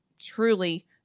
truly